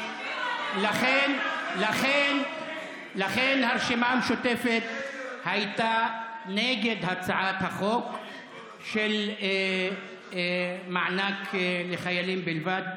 לכן הרשימה המשותפת הייתה נגד הצעת החוק של מענק לחיילים בלבד,